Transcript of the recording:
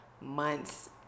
months